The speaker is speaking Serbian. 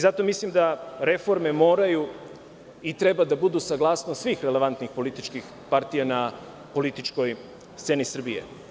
Zato reforme moraju i trebaju da budu saglasnost svih relevantnih političkih partija na političkoj sceni Srbije.